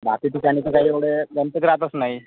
बाकी ठिकाणी तर काही एवढे गणपती राहतच नाही